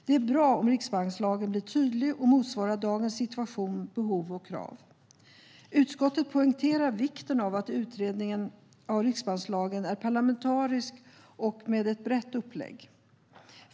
Det är bra om riksbankslagen blir tydlig och motsvarar dagens situation, behov och krav. Utskottet poängterar vikten av att utredningen av riksbankslagen är parlamentarisk och har ett brett upplägg.